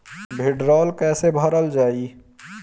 भीडरौल कैसे भरल जाइ?